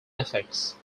effects